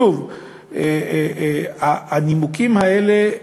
שוב, הנימוקים האלה,